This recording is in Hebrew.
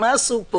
מה עשו פה